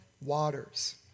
waters